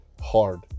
hard